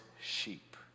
sheep